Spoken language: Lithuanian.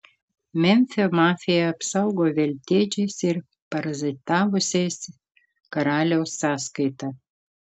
memfio mafija apaugo veltėdžiais ir parazitavusiais karaliaus sąskaita